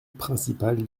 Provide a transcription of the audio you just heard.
principal